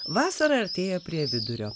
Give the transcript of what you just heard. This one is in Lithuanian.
vasara artėja prie vidurio